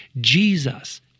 Jesus